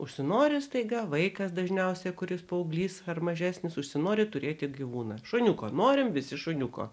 užsinori staiga vaikas dažniausiai kuris paauglys ar mažesnis užsinori turėti gyvūną šuniuko norime visi šuniuko